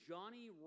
Johnny